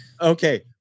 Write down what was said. Okay